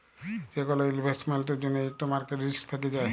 যে কল ইলভেস্টমেল্টের জ্যনহে ইকট মার্কেট রিস্ক থ্যাকে যায়